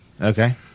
Okay